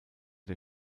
der